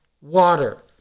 water